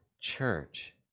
church